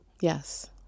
Yes